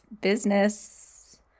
business